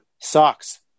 socks